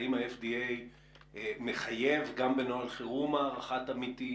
האם ה-FDA מחייב גם בנוהל חירום הערכת עמיתים,